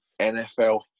NFL